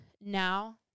now